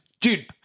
dude